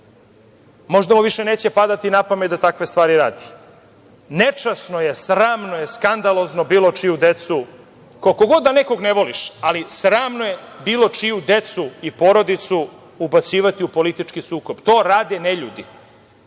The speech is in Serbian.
možda mu više neće padati na pamet da takve stvari radi. Nečasno je, sramno je i skandalozno bilo čiju decu, koliko god da nekog ne voliš, ali sramno je bilo čiju decu i porodicu ubacivati u politički sukob. To rade neljudi.